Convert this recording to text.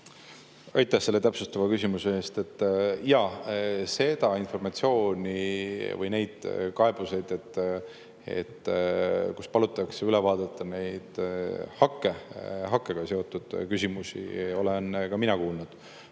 Aitäh selle täpsustava küsimuse eest! Jaa, seda informatsiooni või neid kaebusi, kus palutakse üle vaadata hakkega seotud küsimusi, olen ka mina kuulnud.